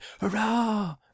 Hurrah